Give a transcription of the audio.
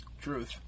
Truth